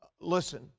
Listen